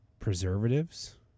preservatives